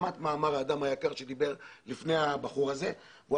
שמעת מה אמר האדם היקר שדיבר לפני הבחור הזה והוא